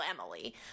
Emily